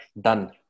done